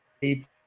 people